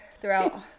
throughout